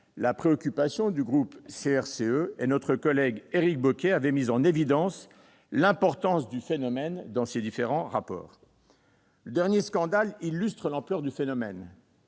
la préoccupation du groupe CRCE. Notre collègue Éric Bocquet a mis en évidence l'importance du phénomène dans ses différents rapports. Un dernier scandale est venu illustrer l'ampleur de la fraude